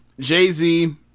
jay-z